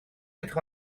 quatre